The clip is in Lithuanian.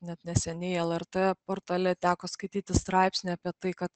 net neseniai lrt portale teko skaityti straipsnį apie tai kad